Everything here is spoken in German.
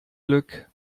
glück